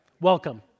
Welcome